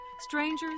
strangers